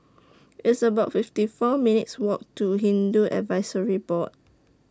It's about fifty four minutes' Walk to Hindu Advisory Board